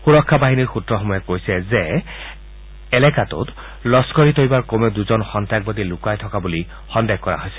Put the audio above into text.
সুৰক্ষা বাহিনীৰ সূত্ৰসমূহে কৈছে যে এলেকাটো লস্বৰ ই তৈয়বাৰ কমেও দুজন সন্নাসবাদী লুকাই থকা বুলি সন্দেহ কৰা হৈছে